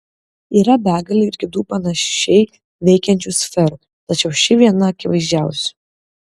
yra begalė ir kitų panašiai veikiančių sferų tačiau ši viena akivaizdžiausių